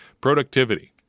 Productivity